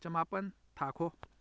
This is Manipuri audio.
ꯆꯃꯥꯄꯜ ꯊꯥꯈꯣ